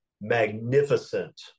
magnificent